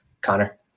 Connor